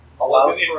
allows